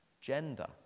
gender